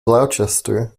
gloucester